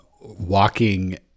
walking